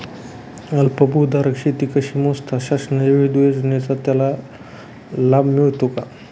अल्पभूधारक शेती कशी मोजतात? शासनाच्या विविध योजनांचा त्याला लाभ मिळतो का?